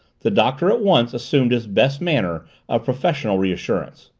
the doctor at once assumed his best manner of professional reassurance.